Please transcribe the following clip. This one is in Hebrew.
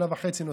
שנה וחצי נוספות,